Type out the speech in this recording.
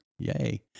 Yay